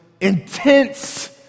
intense